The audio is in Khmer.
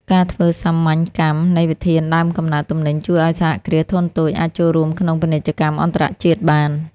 ការធ្វើសាមញ្ញកម្មនៃវិធានដើមកំណើតទំនិញ ជួយឱ្យសហគ្រាសធុនតូចអាចចូលរួមក្នុងពាណិជ្ជកម្មអន្តរជាតិបាន។